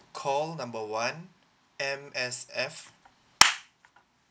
call number one M_S_F